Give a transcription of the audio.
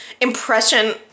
impression